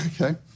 okay